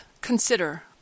consider